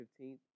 15th